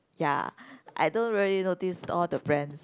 ya I don't really notice all the brands